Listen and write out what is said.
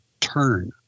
turn